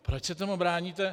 Proč se tomu bráníte?